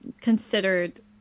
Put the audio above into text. considered